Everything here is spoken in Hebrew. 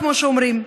כמו שאומרים.